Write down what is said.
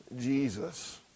Jesus